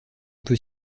peut